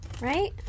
Right